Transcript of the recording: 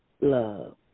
love